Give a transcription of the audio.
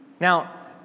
Now